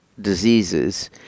diseases